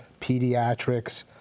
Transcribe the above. pediatrics